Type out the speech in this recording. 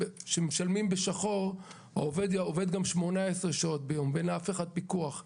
כי כשמשלמים בשחור אז אדם עובד גם 18 שעות ביום ואין לאף אחד פיקוח,